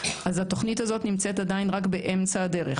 אז התוכנית הזאת נמצאת עדיין רק באמצע הדרך.